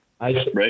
right